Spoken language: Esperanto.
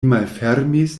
malfermis